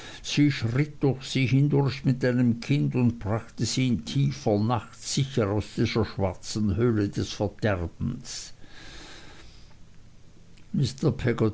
sie schritt durch sie hindurch mit mei nem kind und brachte sie in tiefer nacht sicher aus dieser schwarzen höhle des verderbens